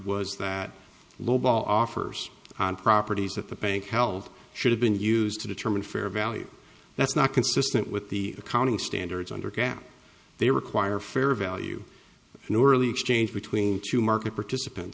was that lowball offers on properties that the bank health should have been used to determine fair value that's not consistent with the accounting standards under gap they require fair value an early exchange between two market participants